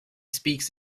speaks